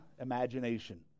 imagination